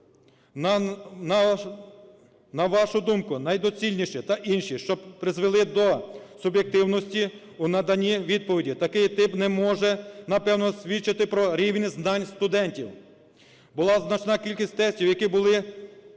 на вашу думку, найдоцільніші та інші, що призвели до суб'єктивності у наданні відповіді, такий тип не може, напевно, свідчити про рівень знань студентів. Була значна кількість тестів, які були